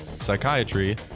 psychiatry